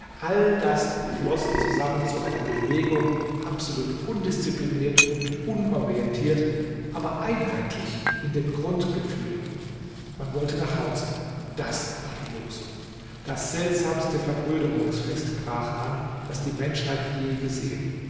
alles das floß zusammen zu einer bewegung absolut undiszipliniert und unorientiert aber einheitlich in den grundgefühlen man wollte nach hause das war die losung das seltsamste verbrüderungsfest brach an das die menschheit je gesehen